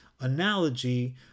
analogy